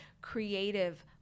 creative